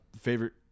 favorite